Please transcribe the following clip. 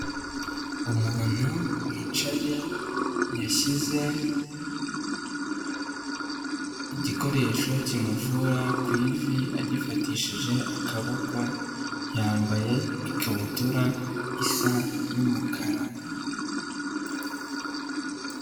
Umuntu wicaye, yashyize igikoresho kimuvura ku ivi agifatishije akaboko, yambaye ikabutura isa n'umukara.